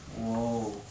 !wow!